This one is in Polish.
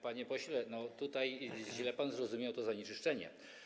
Panie pośle, tutaj źle pan zrozumiał to zanieczyszczenie.